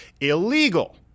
illegal